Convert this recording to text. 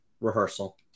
rehearsal